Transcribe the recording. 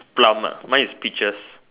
plum ah mine is peaches